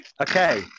Okay